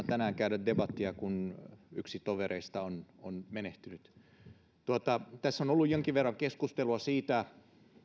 tänään käydä debattia kun yksi tovereista on on menehtynyt tässä on ollut jonkin verran keskustelua siitä